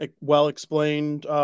well-explained